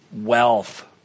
Wealth